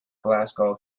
glasgow